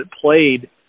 played